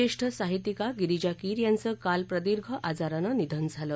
ज्येष्ठ साहित्यिका गिरिजा कीर यांचं काल प्रदीर्घ आजारानं निधन झालं